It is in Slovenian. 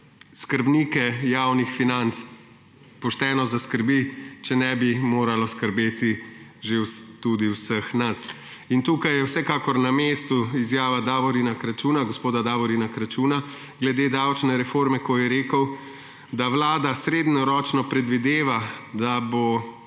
skrbnike javnih financ pošteno zaskrbi, če ne bi moralo skrbeti že tudi vseh nas. Tukaj je vsekakor na mestu izjava gospoda Davorina Kračuna glede davčne reforme, ko je rekel, da Vlada srednjeročno predvideva, da bo